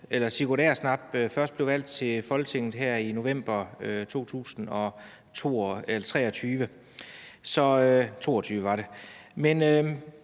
Sigurd Agersnap først blev valgt til Folketinget her i november 2022.